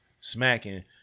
smacking